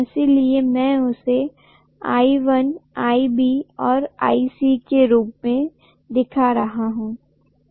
इसलिए मैं इसे IA IB और IC के रूप में दिखा रहा हूं